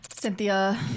Cynthia